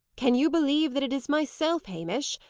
can you believe that it is myself, hamish?